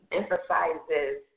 emphasizes